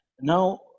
Now